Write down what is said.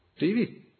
TV